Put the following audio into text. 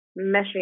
meshing